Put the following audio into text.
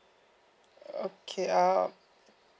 okay uh